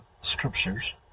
scriptures